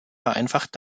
vereinfacht